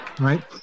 right